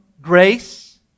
grace